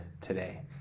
today